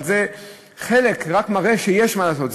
אבל זה חלק שרק מראה שיש מה לעשות.